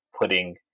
putting